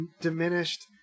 diminished